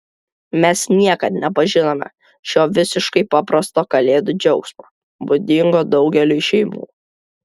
mes niekad nepažinome šio visiškai paprasto kalėdų džiaugsmo būdingo daugeliui šeimų